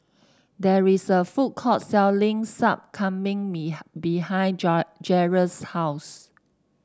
there is a food court selling Sup Kambing behind Jerrel's house